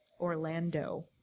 Orlando